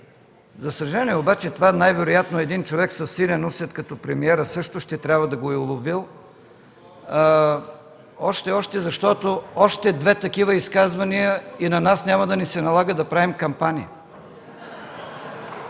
за съжаление, обаче това най-вероятно един човек със силен усет като премиера, също ще трябва да го е уловил. „Още, още!”, защото още две такива изказвания и на нас няма да ни се налага да правим кампания.